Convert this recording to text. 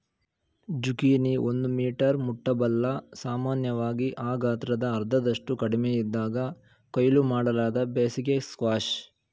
zucchini ಒಂದು metre ಮುಟ್ಟಬಲ್ಲ ಸಾಮಾನ್ಯವಾಗಿ ಆ ಗಾತ್ರದ ಅರ್ಧದಷ್ಟು ಕಡಿಮೆಯಿದ್ದಾಗ ಕೊಯ್ಲು ಮಾಡಲಾದ ಬೇಸಿಗೆ ಸ್ಕ್ವಾಷ್